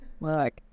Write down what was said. Look